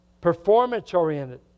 Performance-oriented